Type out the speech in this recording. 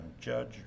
judge